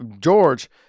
George